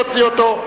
להוציא אותו.